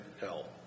hell